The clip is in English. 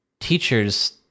teachers